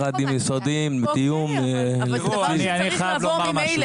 אני חייב לומר משהו,